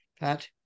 pat